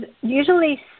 usually